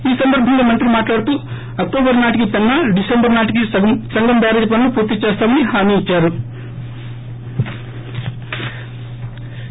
ఈ సందర్బంగా మంత్రి మాట్లాడుతూ అక్టోబర్ నాటికి పెన్నా డిసెంబర్ నాటికి సంగం బ్యారేజీ పనులు పూర్తి చేస్తామని హామీ ఇచ్చారు